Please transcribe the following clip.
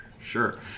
Sure